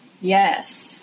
Yes